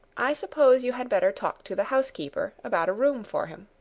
i suppose you had better talk to the housekeeper about a room for him.